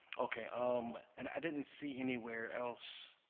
okay um and i didn't see anywhere else